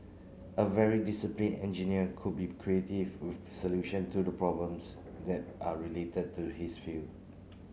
a very disciplined engineer could be creative with solution to the problems that are related to his field